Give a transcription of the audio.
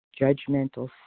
judgmental